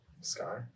sky